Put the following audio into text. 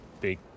big